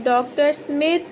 doctor smith